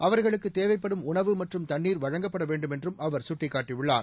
அவர்களுக்கு தேவைப்படும் உணவு மற்றும் தண்ணீர் வழங்கப்பட வேண்டும் என்றும் அவர் சுட்டிக்காட்டியுள்ளார்